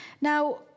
Now